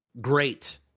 great